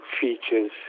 features